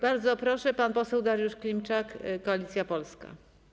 Bardzo proszę, pan poseł Dariusz Klimczak, Koalicja Polska.